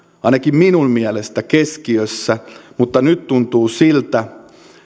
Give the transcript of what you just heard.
ainakin minun mielestäni keskiössä mutta nyt tuntuu siltä